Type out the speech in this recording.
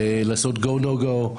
לעשות go no go.